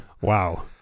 Wow